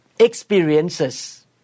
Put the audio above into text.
experiences